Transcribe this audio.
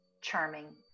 charming